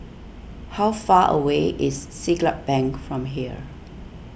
how far away is Siglap Bank from here